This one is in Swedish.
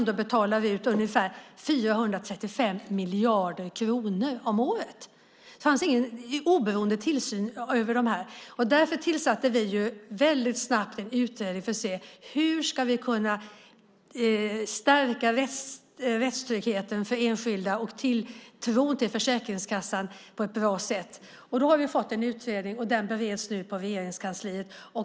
De betalar ändå ut ungefär 435 miljarder kronor om året. Det fanns ingen oberoende tillsyn över detta. Därför tillsatte vi väldigt snabbt en utredning för att vi skulle se hur vi ska kunna stärka rättstryggheten för enskilda och tilltron till Försäkringskassan på ett bra sätt. Vi har fått en utredning. Den bereds nu på Regeringskansliet.